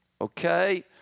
okay